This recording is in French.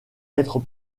être